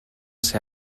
ser